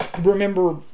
remember